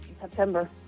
September